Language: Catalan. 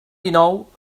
dinou